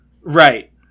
Right